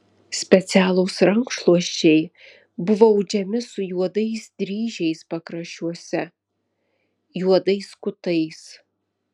specialūs rankšluosčiai buvo audžiami su juodais dryžiais pakraščiuose juodais kutais